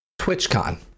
TwitchCon